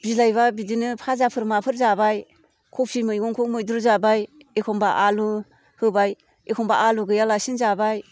बिलाइबा बिदिनो भाजाफोर माफोर जाबाय कबि मैगंखौ मैद्रु जाबाय एखनबा आलु होबाय एखनबा आलु गैयालासेनो जाबाय